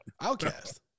Outcast